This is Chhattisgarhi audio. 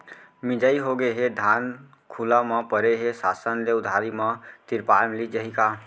मिंजाई होगे हे, धान खुला म परे हे, शासन ले उधारी म तिरपाल मिलिस जाही का?